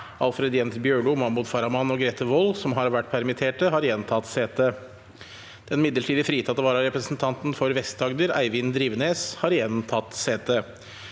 Alfred Jens Bjør_lo, Mahmoud_ Farahmand og Grete Wold, som alle har vært permittert, har igjen tatt sete. Den midlertidig fritatte vararepresentanten for Vest-Agder, Eivind Drivenes, har igjen tatt sete.